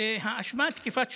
באשמת תקיפת שוטר.